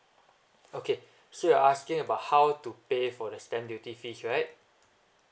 okay so you're asking about how to pay for the stamp duty fees right